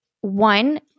one